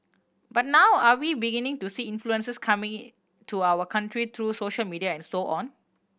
but now are we beginning to see influences coming to our country through social media and so on